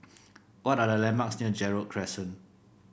what are the landmarks near Gerald Crescent